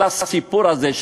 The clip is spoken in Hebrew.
כל הסיפור הזה,